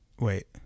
wait